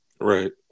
Right